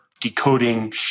decoding